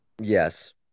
Yes